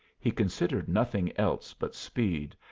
he considered nothing else but speed,